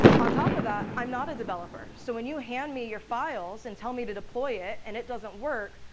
on top of that, i'm not a developer. so when you hand me your files and tell me to deploy it, and it doesn't work,